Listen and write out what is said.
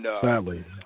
Sadly